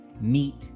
meet